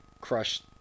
crushed